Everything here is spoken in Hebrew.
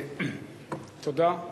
תודה.